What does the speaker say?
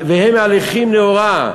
והם מהלכים לאורה",